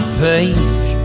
page